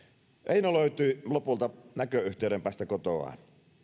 eino löytyi lopulta näköyhteyden päästä kotoaan